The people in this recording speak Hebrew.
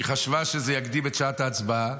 היא חשבה שזה יקדים את שעת ההצבעה.